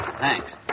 Thanks